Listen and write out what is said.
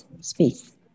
space